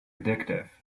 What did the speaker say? addictive